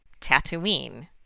Tatooine